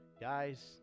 guys